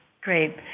Great